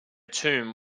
tomb